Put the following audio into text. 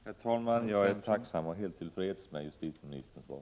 Herr talman! Jag är tacksam för och helt till freds med justitieministerns svar.